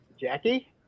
Jackie